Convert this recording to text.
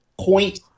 point